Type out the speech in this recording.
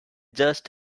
just